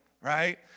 Right